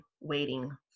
waiting